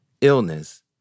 Illness